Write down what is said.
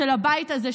של הבית הזה,